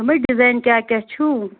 دوٚپمَے ڈِزایِن کیٛاہ کیٛاہ چھُو